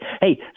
Hey